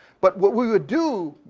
but what we would do,